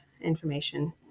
information